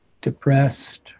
depressed